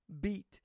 beat